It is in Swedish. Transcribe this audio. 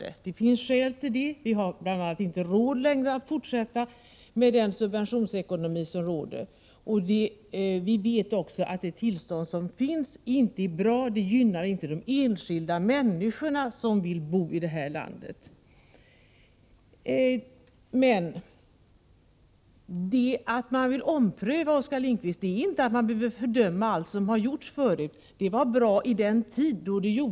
Det finns skäl för en sådan. Bl. a. har vi inte längre råd att fortsätta med den subventionsekonomi som nu råder. Vi vet också att den nuvarande situationen inte är bra. De enskilda människorna i det här landet gynnas således inte. En omprövning, Oskar Lindkvist, betyder inte att man måste fördöma allt som gjorts förut. Tidigare åtgärder var bra vid den tidpunkt då de vidtogs.